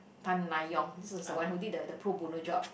Tan Lai Yong this is the one who did the pro bono job